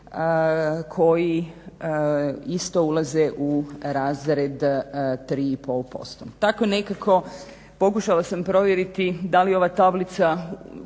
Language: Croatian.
koji isto ulaze u razred 3,5%. Tako nekako pokušala sam provjeriti da li ova tablica